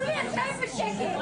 תנו לי לשבת בשקט.